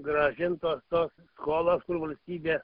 grąžintos tos skolos kur valstybė